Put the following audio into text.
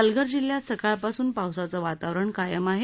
पालघर जिल्ह्यात सकाळ पासून पावसाचं वातावरण कायम आहे